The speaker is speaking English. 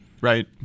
right